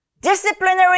disciplinary